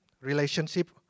relationship